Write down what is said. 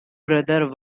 brother